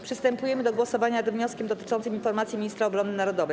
Przystępujemy do głosowania nad wnioskiem dotyczącym informacji ministra obrony narodowej.